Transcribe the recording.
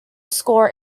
score